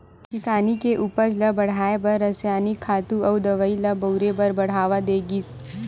किसानी के उपज ल बड़हाए बर रसायनिक खातू अउ दवई ल बउरे बर बड़हावा दे गिस